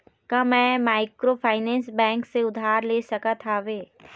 का मैं microfinance bank से उधार ले सकत हावे?